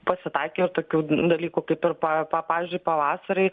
pasitaikė tokių dalykų kaip ir pa pavyzdžiui pavasarį